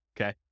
okay